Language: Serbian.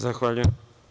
Zahvaljujem.